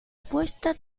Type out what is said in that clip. apuesta